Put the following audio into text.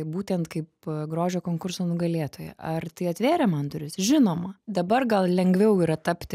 būtent kaip grožio konkurso nugalėtoja ar tai atvėrė man duris žinoma dabar gal lengviau yra tapti